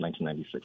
1996